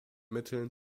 mitteln